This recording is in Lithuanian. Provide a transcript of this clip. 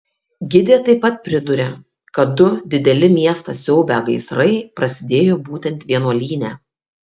gidė taip pat priduria kad du dideli miestą siaubią gaisrai prasidėjo būtent vienuolyne